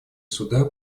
суда